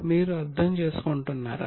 మీరు అర్థం చేసుకుంటున్నారా